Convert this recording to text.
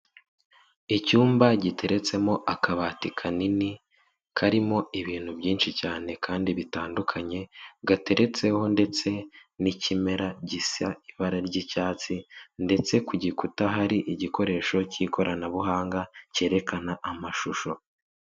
Icyumba giteretsemo akabati kanini karimo ibintu byinshi cyane kandi bitandukanye, gateretseho ndetse n'ikimera gisa ibara ry'icyatsi ndetse ku gikuta hari igikoresho k'ikoranabuhanga kerekana amashusho.